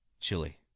chili